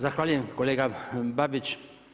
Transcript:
Zahvaljujem kolega Babić.